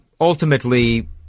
ultimately